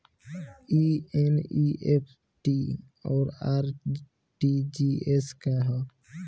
ई एन.ई.एफ.टी और आर.टी.जी.एस का ह?